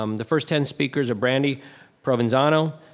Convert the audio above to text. um the first ten speakers are brandy provenzano,